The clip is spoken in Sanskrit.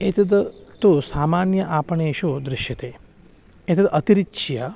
एतद् तु सामान्य आपणेषु दृश्यते एतद् अतिरिच्य